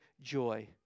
joy